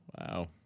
Wow